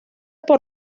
por